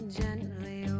gently